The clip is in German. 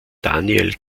daniel